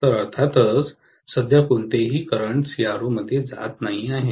तर अर्थातच सध्या कोणतेही करंट सीआरओ मध्ये जात नाही आहे